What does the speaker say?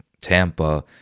Tampa